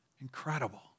Incredible